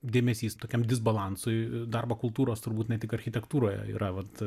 dėmesys tokiam disbalansui darbo kultūros turbūt ne tik architektūroje yra vat